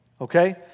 Okay